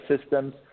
systems